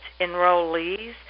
enrollees